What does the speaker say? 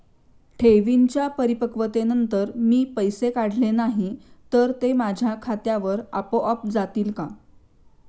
ठेवींच्या परिपक्वतेनंतर मी पैसे काढले नाही तर ते माझ्या खात्यावर आपोआप जातील का?